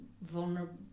vulnerable